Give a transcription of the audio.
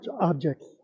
objects